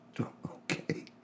okay